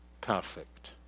perfect